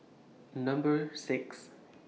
Number six